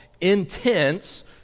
intense